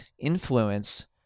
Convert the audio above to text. influence